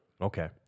Okay